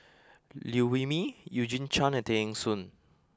Liew Wee Mee Eugene Chen and Tay Eng Soon